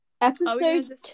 episode